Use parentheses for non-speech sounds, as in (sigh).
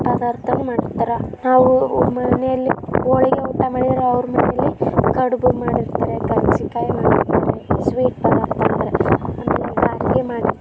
ಪದಾರ್ಥನೂ ಮಾಡಿರ್ತಾರೆ ನಾವು ಮನೆಯಲ್ಲಿ ಹೋಳ್ಗೆ ಊಟ ಮಾಡಿದ್ರೆ ಅವ್ರ ಮನೆಯಲ್ಲಿ ಕಡುಬು ಮಾಡಿರ್ತಾರೆ ಕರ್ಜಿಕಾಯಿ ಮಾಡಿರ್ತಾರೆ ಸ್ವೀಟ್ ಪದಾರ್ಥ (unintelligible) ಆಮೇಲೆ ಗಾರ್ಗೆ ಮಾಡಿರ್ತಾರೆ